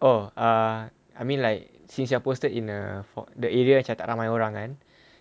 oh err I mean like since you are posted in a fo~ the area macam tak ramai orang kan